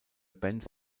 benz